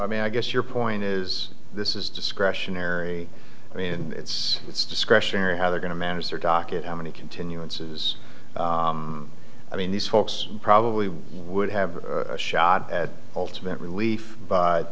i mean i guess your point is this is discretionary i mean it's it's discretionary how they're going to manage her docket how many continuances i mean these folks probably would have a shot at ultimate relief but